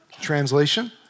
Translation